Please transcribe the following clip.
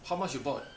how much you bought